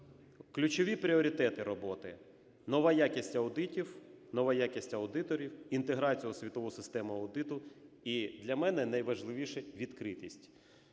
ключові пріоритети роботи: нова якість аудитів, нова якість аудиторів, інтеграція у світову систему аудиту і, для мене найважливіше, відкритість.